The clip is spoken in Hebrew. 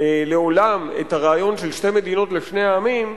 לעולם את הרעיון של שתי מדינות לשני עמים,